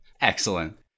Excellent